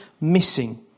missing